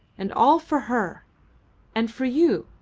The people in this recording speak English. and all for her and for you,